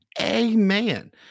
Amen